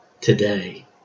today